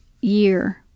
year